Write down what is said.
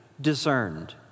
discerned